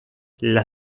las